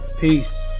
Peace